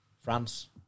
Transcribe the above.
France